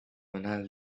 when